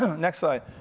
ah next slide.